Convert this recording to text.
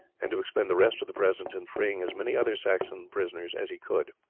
and to expend the rest of the presents in freeing as many other saxon prisoners as he could.